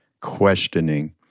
questioning